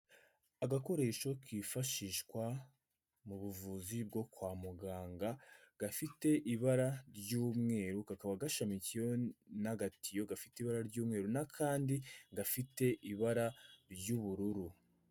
Agakoresho kifashishwa mu buvuzi bwo kwa muganga, gafite ibara ry'umweru, kakaba gashamikiyeho n'agatiyo gafite ibara ry'umweru n'akandi gafite ibara ry'ubururu.